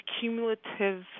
cumulative